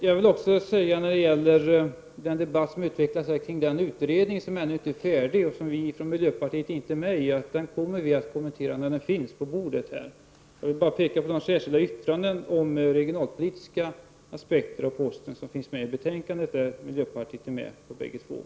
Jag vill också med anledning av den debatt som här förts om den utredning som ännu inte är färdig och som miljöpartiet inte är representerat i säga att vi kommer att kommentera den när dess resultat har lagts fram. Jag vill nu bara peka på de särskilda yttranden om regionalpolitiska aspekter på postens verksamhet som fogats vid betänkandet och som miljöpartiet ställt sig bakom.